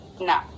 No